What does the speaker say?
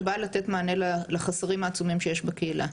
שבאה לתת מענה לחסרים העצומים שיש בקהילה.